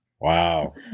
Wow